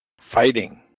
Fighting